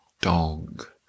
dog